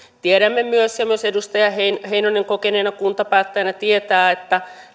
tiedämme myös ja myös edustaja heinonen kokeneena kuntapäättäjänä tietää että